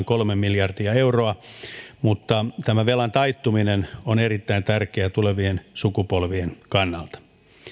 kolme miljardia euroa mutta tämä velan taittuminen on erittäin tärkeä tulevien sukupolvien kannalta